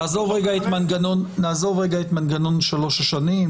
נעזוב רגע את מנגנון 3 השנים,